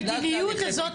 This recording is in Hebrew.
המדיניות הזאת,